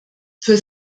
für